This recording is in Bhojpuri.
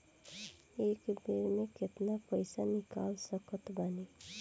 एक बेर मे केतना पैसा निकाल सकत बानी?